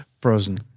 Frozen